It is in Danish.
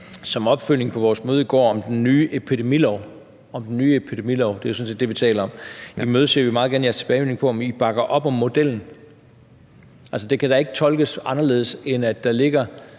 Som opfølgning på vores møde i går om den nye epidemilov – det er sådan set det, vi taler om – imødeser vi meget gerne jeres tilbagemelding på, om I bakker op om modellen. Altså, det kan da ikke tolkes anderledes, end at der ligger